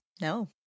No